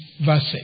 verse